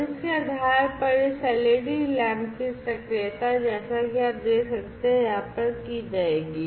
और इसके आधार पर इस एलईडी लैंप की सक्रियता जैसा कि आप देख सकते हैं यहां पर की जाएगी